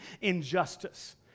injustice